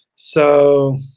so